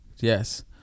Yes